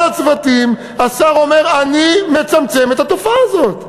הצוותים השר אומר: אני מצמצם את התופעה הזאת.